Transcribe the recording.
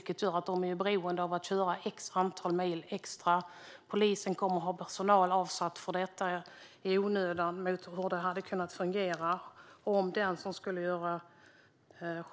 Det gör att de måste köra ett visst antal mil extra. Polisen kommer att ha personal avsatt för detta i onödan när det hade kunnat fungera på ett annat sätt om den